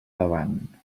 davant